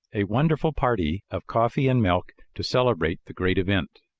a wonderful party of coffee-and-milk to celebrate the great event.